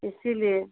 इसीलिए